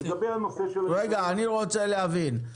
רגע, אני רוצה להבין.